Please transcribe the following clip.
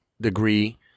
degree